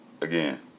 again